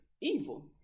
evil